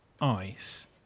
ice